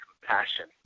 compassion